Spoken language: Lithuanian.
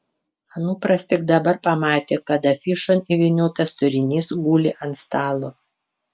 anupras tik dabar pamatė kad afišon įvyniotas turinys guli ant stalo